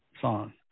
song